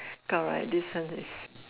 correct this one is